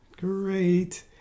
Great